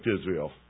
Israel